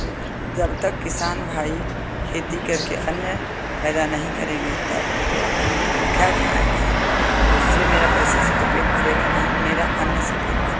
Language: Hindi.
जब तक किसान भाई खेती करके अन्न पैदा नहीं करेंगे तब तो हम लोग क्या खाएँगे उससे मेरा पैसा से तो पेट भरेगा नहीं मेरा अन्न से पेट भरता है